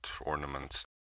ornaments